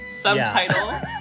subtitle